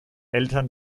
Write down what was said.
eltern